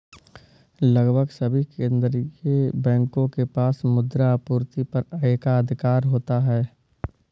लगभग सभी केंदीय बैंकों के पास मुद्रा आपूर्ति पर एकाधिकार होता है